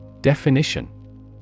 Definition